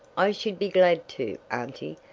i should be glad to, auntie,